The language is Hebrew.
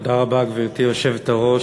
גברתי היושבת-ראש,